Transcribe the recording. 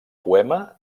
poema